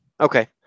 Okay